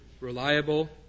reliable